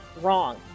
wrong